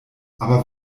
aber